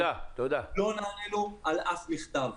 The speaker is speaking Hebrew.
לא נענינו על אף מכתב.